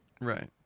Right